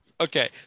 okay